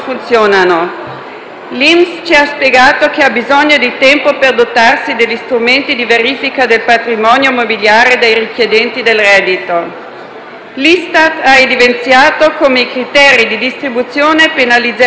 L'INPS ci ha spiegato che ha bisogno di tempo per dotarsi degli strumenti di verifica del patrimonio mobiliare dei richiedenti del reddito. L'Istat ha evidenziato come i criteri di distribuzione penalizzeranno le famiglie,